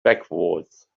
backwards